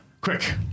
Quick